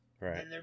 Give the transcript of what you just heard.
right